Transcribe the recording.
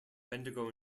bendigo